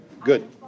good